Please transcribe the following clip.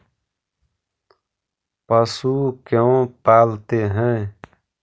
पशु क्यों पालते हैं?